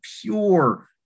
pure